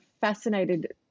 fascinated